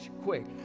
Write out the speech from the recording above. quick